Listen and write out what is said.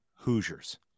Hoosiers